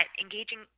engaging